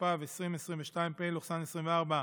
התשפ"ב 2022, פ/3637/24,